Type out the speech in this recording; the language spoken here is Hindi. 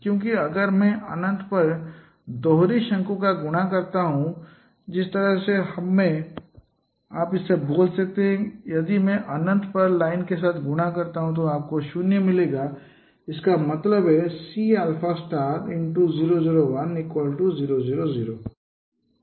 क्योंकि अगर मैं अनंत पर दोहरी शंकु को गुणा करता हूं जिस तरह से हम हैं तो आप इसे बोल सकते हैं यदि मैं अनंत पर लाइन के साथ गुणा करता हूं तो आपको यहां 0 मिलेगा इसका मतलब है Cα0 0 1 0 0 0